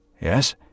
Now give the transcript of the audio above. Yes